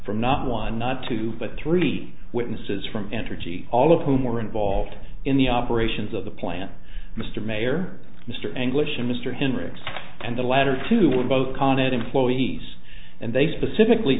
from not one not two but three witnesses from entergy all of whom were involved in the operations of the plant mr mayor mr anguishing mr hendricks and the latter two were both condit employees and they specifically